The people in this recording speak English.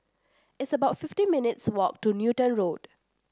it's about fifty minutes' walk to Newton Road